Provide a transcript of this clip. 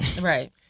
Right